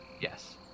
Yes